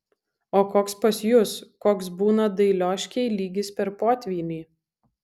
o koks pas jus koks būna dailioškėj lygis per potvynį